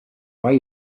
way